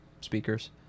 speakers